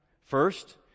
First